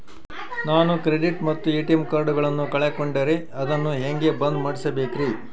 ನಾನು ಕ್ರೆಡಿಟ್ ಮತ್ತ ಎ.ಟಿ.ಎಂ ಕಾರ್ಡಗಳನ್ನು ಕಳಕೊಂಡರೆ ಅದನ್ನು ಹೆಂಗೆ ಬಂದ್ ಮಾಡಿಸಬೇಕ್ರಿ?